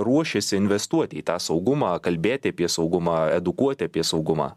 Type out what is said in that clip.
ruošiasi investuoti į tą saugumą kalbėti apie saugumą edukuoti apie saugumą